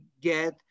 get